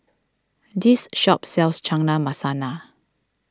this shop sells Chana Masala